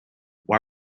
why